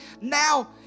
now